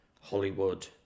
Hollywood